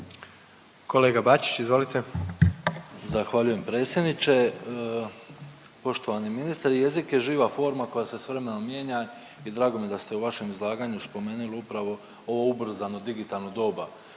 **Bačić, Ante (HDZ)** Zahvaljujem predsjedniče. Poštovani ministre, jezik je živa forma koja se s vremenom mijenja i drago mi je da ste u vašem izlaganju spomenuli upravo ovo ubrzano digitalno doba